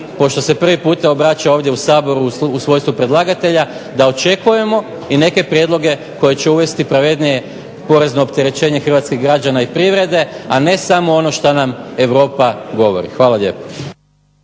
pošto se prvi puta obraća ovdje u Saboru u svojstvu predlagatelja da očekujemo i neke prijedloge koji će uvesti pravednije porezno opterećenje hrvatskih građana i privrede, a ne samo ono što nam Europa govori. Hvala lijepo.